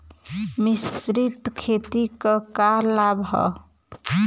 मिश्रित खेती क का लाभ ह?